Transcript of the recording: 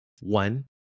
One